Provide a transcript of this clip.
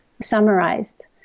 summarized